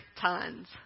tons